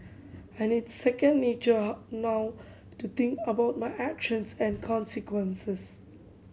and it's second nature how now to think about my actions and consequences